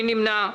מי נמנע?